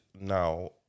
now